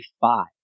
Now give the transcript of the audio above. five